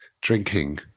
drinking